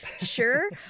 sure